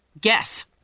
guess